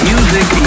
Music